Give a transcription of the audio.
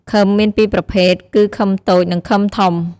ឃឹមមាន២ប្រភេទគឺឃឹមតូច និងឃឹមធំ។